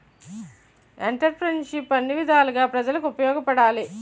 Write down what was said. ఎంటర్ప్రిన్యూర్షిప్ను అన్ని విధాలుగా ప్రజలకు ఉపయోగపడాలి